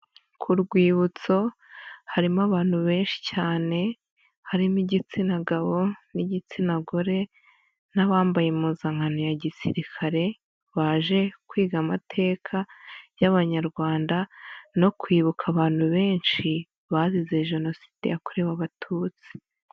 Ku rwibutso harimo abantu benshi cyane, harimo igitsina gabo n'igitsina gore n'abambaye impuzankano ya gisirikare, baje kwiga amateka y'abanyarwanda no kwibuka abantu benshi bazize Jenoside yakorewe Abatutsi.